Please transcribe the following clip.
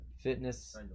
Fitness